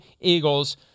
Eagles